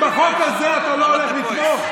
בחוק הזה אתה לא הולך לתמוך?